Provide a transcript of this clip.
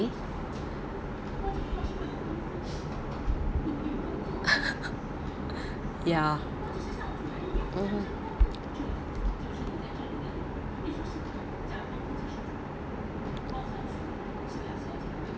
ya mmhmm